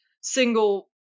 single